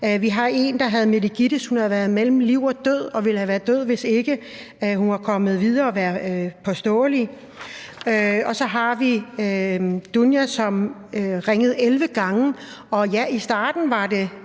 Vi har en, der havde meningitis, og hun var mellem liv og død og ville have været død, hvis ikke hun var kommet videre og havde været påståelig. Og så har vi Dunja, som ringede 11 gange, og ja, i starten var det,